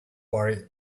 worry